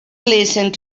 listened